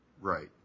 Right